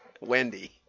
Wendy